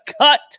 Cut